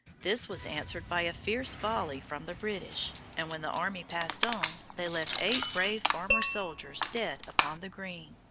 this was answered by a fierce volley from the british, and when the army passed on, they left eight brave farmer-soldiers dead upon the green.